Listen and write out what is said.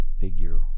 figure